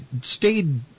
stayed